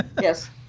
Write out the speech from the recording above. Yes